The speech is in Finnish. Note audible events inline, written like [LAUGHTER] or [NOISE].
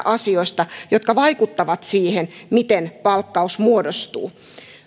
[UNINTELLIGIBLE] asioista jotka vaikuttavat siihen miten palkkaus muodostuu